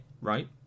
right